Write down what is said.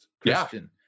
Christian